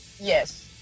Yes